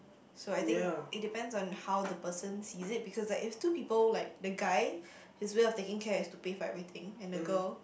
so I think it depends on how the person sees it because like if two people like the guy his way of taking care is to pay for everything and girl